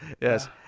Yes